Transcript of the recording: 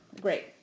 great